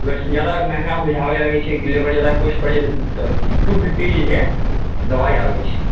बस जादा महङ्गा बुझाबै लगै छै कि लेबर जादा कॉस्ट पड़ि जेतै तऽ टू फिफ्टी जे छै दवाई अबै छै